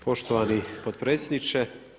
Poštovani potpredsjedniče.